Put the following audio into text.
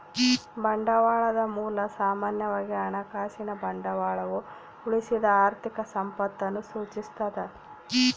ಬಂಡವಾಳದ ಮೂಲ ಸಾಮಾನ್ಯವಾಗಿ ಹಣಕಾಸಿನ ಬಂಡವಾಳವು ಉಳಿಸಿದ ಆರ್ಥಿಕ ಸಂಪತ್ತನ್ನು ಸೂಚಿಸ್ತದ